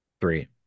Three